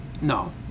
No